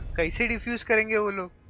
a safe is getting you know